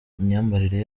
imyambarire